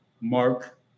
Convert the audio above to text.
mark